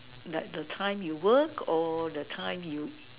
like the time you work or the time you